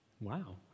wow